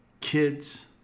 kids